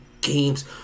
games